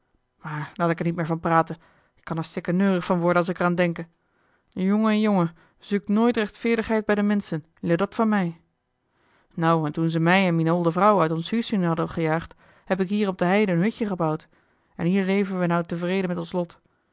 maar laat ik er niet meer van praten ik kan er sikkeneurig van worden als ik er aan denke jonge jonge zuuk nooit rechtveerdigheid bij de menschen leer dat van mij now en toen ze mij en mien olde vrouw uit ons huusien hadden gejaagd heb ik hier op de heide een hutje gebouwd en hier lêven wij now tevreden met ons lot